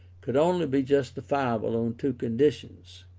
could only be justifiable on two conditions